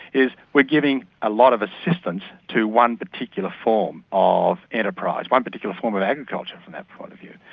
is we are giving a lot of assistance to one particular form of enterprise, one particular form of agriculture from that point of view.